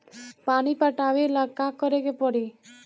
पानी पटावेला का करे के परी?